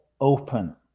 open